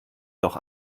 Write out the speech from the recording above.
doch